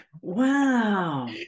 wow